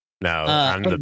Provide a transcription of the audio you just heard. No